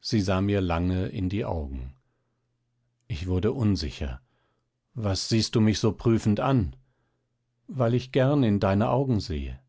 sie sah mir lange in die augen ich wurde unsicher was siehst du mich so prüfend an weil ich gern in deine augen sehe